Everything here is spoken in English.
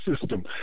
system